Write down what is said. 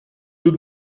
doet